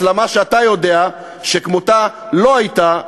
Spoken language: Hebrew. הסלמה שאתה יודע שכמותה לא הייתה,